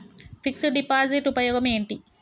Fix డ్ deposit ఉపయోగం ఏంటి?